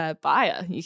buyer